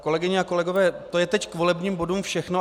Kolegyně a kolegové, to je teď k volebním bodům všechno.